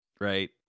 right